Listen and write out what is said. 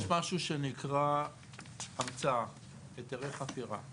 יש משהו שנקרא הקצאה היתרי חפירה.